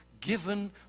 given